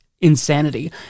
insanity